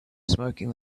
smoking